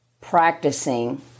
practicing